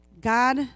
God